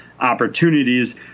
opportunities